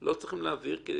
לא צריך להעביר, כי